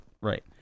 right